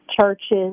churches